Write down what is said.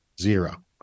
Zero